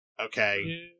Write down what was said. okay